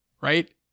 right